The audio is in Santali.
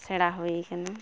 ᱥᱮᱬᱟ ᱦᱩᱭ ᱟᱠᱟᱱᱟ